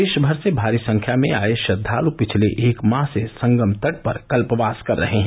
देश भर से भारी संख्या में आए श्रद्वालु पिछले एक माह से संगम तट पर कल्पवास कर रहे हैं